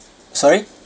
sorry